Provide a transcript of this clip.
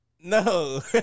No